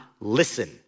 listen